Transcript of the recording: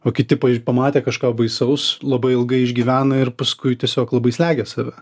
o kiti pamatę kažką baisaus labai ilgai išgyvena ir paskui tiesiog labai slegia save